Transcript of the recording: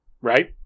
Right